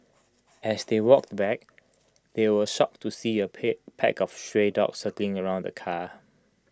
as they walked back they were shocked to see A pick pack of stray dogs circling around the car